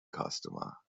customer